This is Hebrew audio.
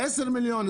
10 מיליון,